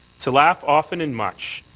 to laugh often and much,